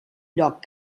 lloc